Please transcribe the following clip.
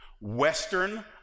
Western